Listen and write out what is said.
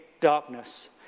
darkness